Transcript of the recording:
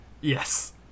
yes